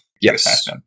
yes